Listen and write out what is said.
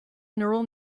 neural